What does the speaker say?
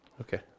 Okay